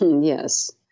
Yes